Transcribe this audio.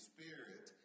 Spirit